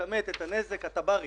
אתה יודע לכמת את הנזק הטב"ערי,